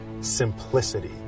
simplicity